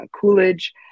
Coolidge